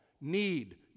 need